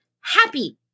happy